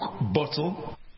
bottle